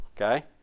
okay